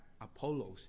Apollo's